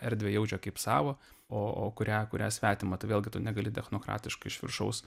erdvę jaučia kaip savą o o kurią kurią svetimą tai vėlgi tu negali technokratiškai iš viršaus